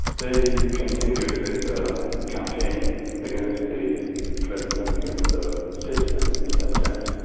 they continued with the campaign against the president, against the system in that sense,